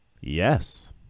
Yes